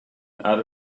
out